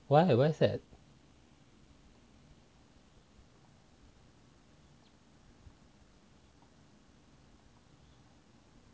why why is that